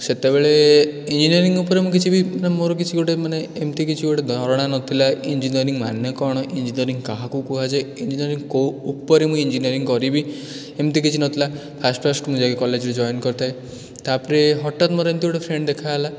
ସେତେବେଳେ ଇଞ୍ଜିନିୟରିଙ୍ଗ୍ ଉପରେ ମୁଁ କିଛି ବି ମୋର କିଛି ଗୋଟେ ମାନେ ଏମିତି କିଛି ଗୋଟେ ଧାରଣା ନଥିଲା ଇଞ୍ଜିନିୟରିଙ୍ଗ୍ ମାନେ କ'ଣ ଇଞ୍ଜିନିୟରିଙ୍ଗ୍ କାହାକୁ କୁହାଯାଏ ଇଞ୍ଜିନିୟରିଙ୍ଗ୍ କେଉଁ ଉପରେ ମୁଁ ଇଞ୍ଜିନିୟରିଙ୍ଗ୍ କରିବି ଏମତି କିଛି ନଥିଲା ଫାଷ୍ଟ୍ ଫାଷ୍ଟ୍ ମୁଁ ଯାଇକି କଲେଜ୍ରେ ଜଏନ୍ କରିଥାଏ ତା'ପରେ ହଠାତ୍ ମୋର ଏମିତି ଗୋଟେ ଫ୍ରେଣ୍ଡ୍ ଦେଖା ହେଲା